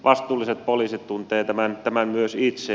vastuulliset poliisit tuntevat tämän myös itse